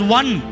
one